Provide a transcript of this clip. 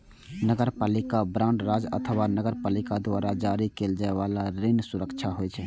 नगरपालिका बांड राज्य अथवा नगरपालिका द्वारा जारी कैल जाइ बला ऋण सुरक्षा होइ छै